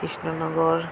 Krishnanagar